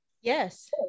Yes